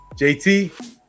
JT